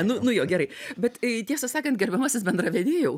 nu nu jo gerai bet tiesą sakant gerbiamasis bendravedėjau